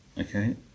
Okay